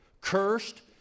Cursed